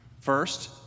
First